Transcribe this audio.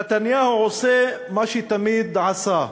נתניהו עושה מה שתמיד עשה,